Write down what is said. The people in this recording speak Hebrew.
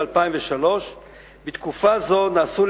2003. בתקופה זו נעשו,